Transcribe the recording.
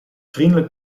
vriendelijk